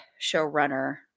showrunner